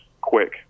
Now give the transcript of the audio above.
quick